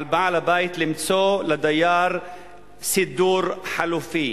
על בעל-הבית למצוא לדייר סידור חלופי.